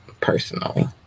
personally